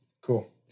Cool